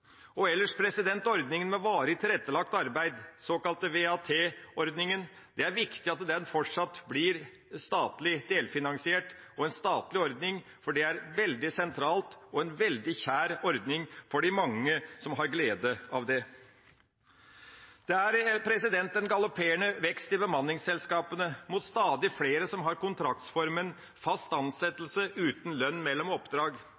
det. Ellers: Når det gjelder ordningen med varig tilrettelagt arbeid, den såkalte VTA-ordninga, er det viktig at den fortsatt blir statlig delfinansiert og er en statlig ordning. Det er veldig sentralt, og en veldig kjær ordning for de mange som har glede av det. Det er en galopperende vekst i bemanningsselskapene, og stadig flere som har kontraktsformen fast ansettelse uten lønn mellom oppdrag.